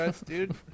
dude